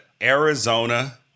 Arizona